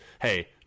Hey